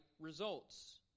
results